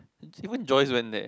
even Joyce went there